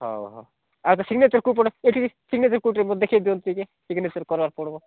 ହେଉ ହଁ ଆଉ ସିଗ୍ନେଚର୍ କେଉଁପଟେ ଏଠି ସିଗ୍ନେଚର୍ କେଉଁଠି ମୋତେ ଦେଖାଇଦିଅନ୍ତୁ ଟିକେ ସିଗ୍ନେଚର୍ କରିବାକୁ ପଡ଼ିବ